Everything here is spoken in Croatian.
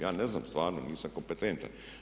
Ja ne znam stvarno, nisam kompetentan.